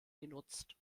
genutzt